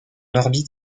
orbite